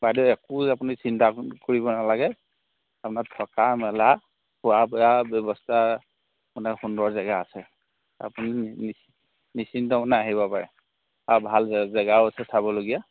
বাইদেউ একো আপুনি চিন্তা কৰিব নেলাগে আপোনাৰ থকা মেলা খোৱা বোৱা ব্যৱস্থা আপোনাৰ সুন্দৰ জেগা আছে আপুনি নিশ্চিন্তমনে আহিব পাৰে আও ভাল জেগাও আছে চাবলগীয়া